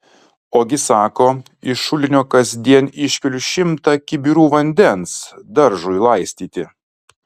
ogi sako iš šulinio kasdien iškeliu šimtą kibirų vandens daržui laistyti